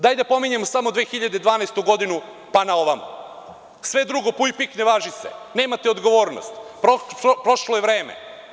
Daj da pominjem samo 2012. godinu pa na ovamo, sve drugo puj pik ne važi se, nemate odgovornost, prošlo je vreme.